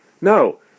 No